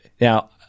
Now